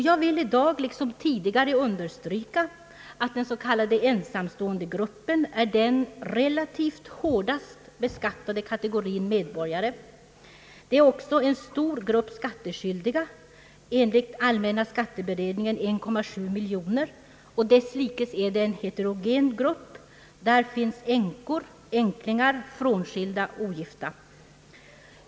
Jag vill i dag liksom tidigare understryka att gruppen s.k. ensamstående är den relativt hårdast beskattade kate gorin medborgare. De utgör också en stor grupp skattskyldiga, enligt allmänna skatteberedningen 1,7 miljon. Desslikes är det en heterogen grupp: där finns änkor, änklingar, frånskilda och ogifta.